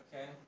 okay